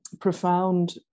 profound